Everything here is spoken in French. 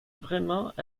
vraiment